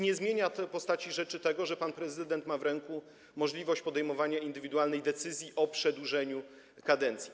Nie zmienia postaci rzeczy to, że pan prezydent ma w ręku możliwość podejmowania indywidualnej decyzji o przedłużeniu kadencji.